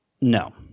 No